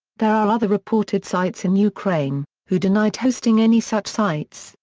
there are other reported sites in ukraine, who denied hosting any such sites,